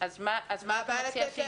אז מה הבעיה?